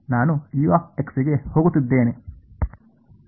ನಾನು u ಗೆ ಹೋಗುತ್ತಿದ್ದೇನೆ